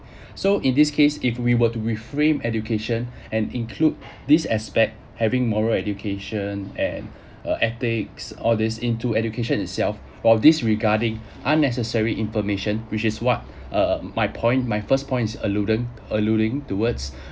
so in this case if we were to reframe education and include this aspect having moral education and uh ethics all this into education itself while this regarding unnecessary information which is what uh my point my first point is alluding alluding towards